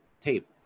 tape